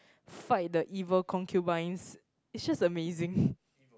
fight the evil concubines it's just amazing